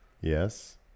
Yes